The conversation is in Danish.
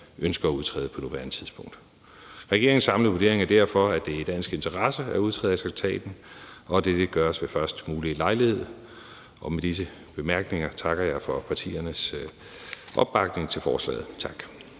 ønsker at udtræde på nuværende tidspunkt. Regeringens samlede vurdering er derfor, at det er i dansk interesse at udtræde af traktaten, og at dette gøres ved først mulige lejlighed. Med disse bemærkninger takker jeg for partiernes opbakning til forslaget. Tak.